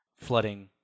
Flooding